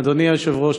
אדוני היושב-ראש,